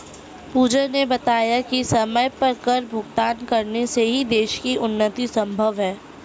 पूजा ने बताया कि समय पर कर भुगतान करने से ही देश की उन्नति संभव है